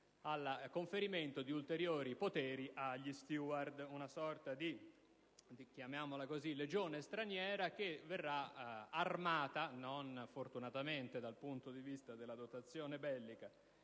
sul conferimento di ulteriori poteri agli *steward*, una sorta di legione straniera che verrà armata (fortunatamente non dal punto di vista della dotazione bellica)